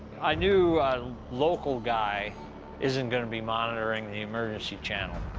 i knew a local guy isn't gonna be monitoring the emergency channel.